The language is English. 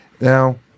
Now